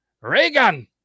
reagan